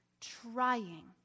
trying